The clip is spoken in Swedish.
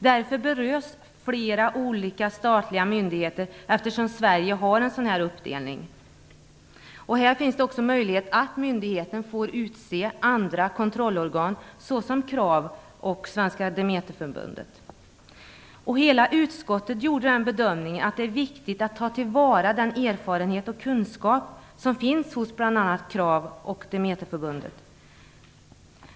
Därför berörs flera olika statliga myndigheter eftersom Sverige har en uppdelning av verksamhet och ansvar. Det finns också möjlighet för myndigheten att utse andra kontrollorgan såsom Utskottet gjorde den bedömningen att det är viktigt att ta till vara den erfarenhet och kunskap som finns hos bl.a. KRAV och Demeterförbundet.